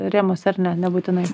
rėmuose ar ne nebūtinai